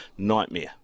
Nightmare